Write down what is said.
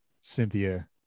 Cynthia